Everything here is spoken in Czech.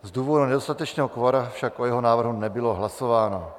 Z důvodu nedostatečného kvora však o jeho návrhu nebylo hlasováno.